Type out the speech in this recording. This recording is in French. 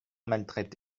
maltraite